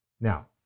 Now